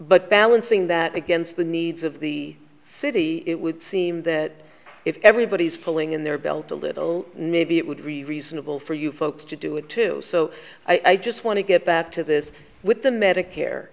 but balancing that against the needs of the city it would seem that if everybody's pulling in their belts a little maybe it would really reasonable for you folks to do it too so i just want to get back to this with the medicare